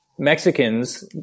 Mexicans